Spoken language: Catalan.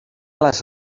les